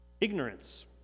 ignorance